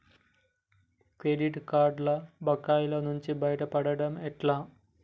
Credit కార్డుల బకాయిల నుండి బయటపడటం ఎట్లా?